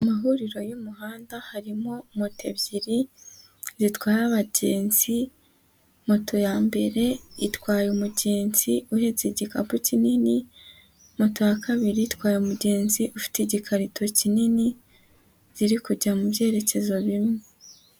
Mu mahuriro y'umuhanda harimo moto ebyiri zitwara abagenzi, moto ya mbere itwaye umugenzi uhetse igikapu kinini, moto ya kabiri itwaye umugenzi ufite igikarito kinini, ziri kujya mu byerekezo bimwe.